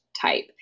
type